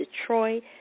Detroit